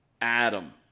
Adam